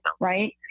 right